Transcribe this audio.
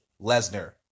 Lesnar